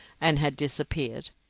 and had disappeared.